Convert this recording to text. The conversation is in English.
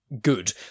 Good